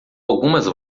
algumas